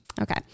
Okay